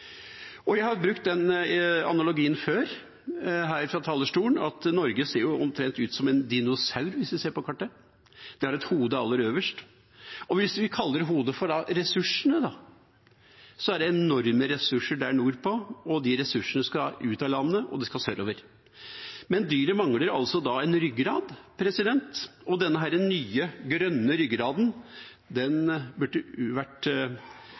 Jeg har før her fra talerstolen brukt den analogien at Norge ser omtrent ut som en dinosaur, hvis vi ser på kartet. Vi har et hode aller øverst, og hvis vi kaller hodet ressursene, er det enorme ressurser der nordpå, og de ressursene skal ut av landet, og de skal sørover. Men dyret mangler en ryggrad, og denne nye, grønne ryggraden skulle ha bestått av jernbane, og den skulle ha vært